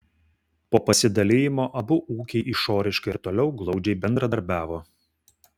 po pasidalijimo abu ūkiai išoriškai ir toliau glaudžiai bendradarbiavo